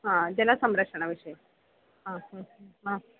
हा जनसंरक्षणविषये हा हा हा